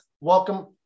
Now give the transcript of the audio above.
Welcome